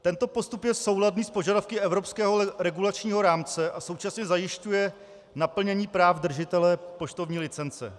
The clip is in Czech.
Tento postup je souladný s požadavky evropského regulačního rámce a současně zajišťuje naplnění práv držitele poštovní licence.